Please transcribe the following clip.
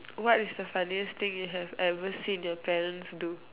what is the funniest thing you have ever seen your parents do